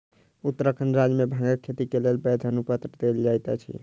उत्तराखंड राज्य मे भांगक खेती के लेल वैध अनुपत्र देल जाइत अछि